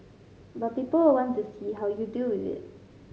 but people will want to see how you deal with it